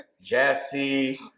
Jesse